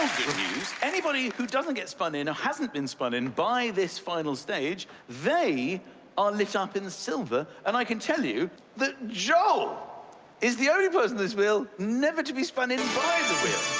news, anybody who doesn't get spun in or hasn't been spun in by this final stage, they are lit up in silver, and i can tell you that joel is the only person in this wheel never to be spun in by the wheel.